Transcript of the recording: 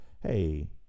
Hey